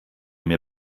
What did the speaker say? mir